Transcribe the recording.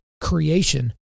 creation